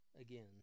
again